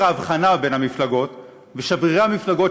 ההבחנה בין המפלגות ושברירי המפלגות,